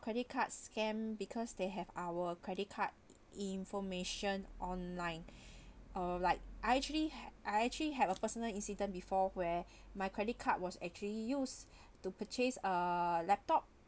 credit card scam because they have our credit card information online uh like I actually ha~ I actually have a personal incident before where my credit card was actually used to purchase a laptop